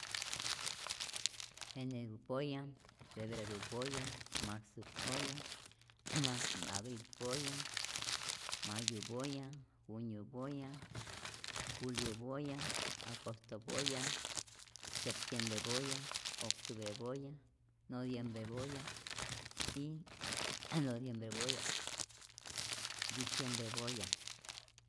Eneru poya febreru poya marzu poya abril poya mayu poya junio poya julio poya agosto poya septiembre poya octubre poya nodiembre poya y nodiembre poya diciembre poya